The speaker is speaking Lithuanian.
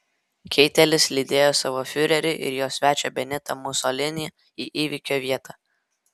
keitelis lydėjo savo fiurerį ir jo svečią benitą musolinį į įvykio vietą